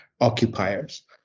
occupiers